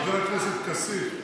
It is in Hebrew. חבר הכנסת כסיף,